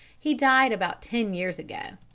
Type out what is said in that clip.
he died about ten years ago.